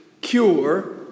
cure